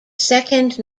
second